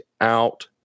out